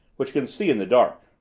which can see in the dark.